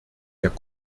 der